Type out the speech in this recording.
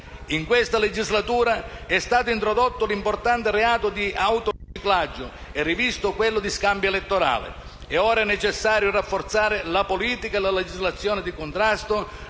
In questa legislatura, è stato introdotto l'importante reato di autoriciclaggio e rivisto quello di scambio elettorale. È ora necessario rafforzare la politica e la legislazione di contrasto